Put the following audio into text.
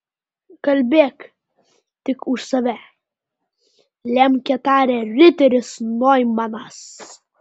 kalbėk tik už save lemke tarė riteris noimanas